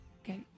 Okay